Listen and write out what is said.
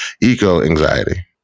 eco-anxiety